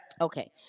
Okay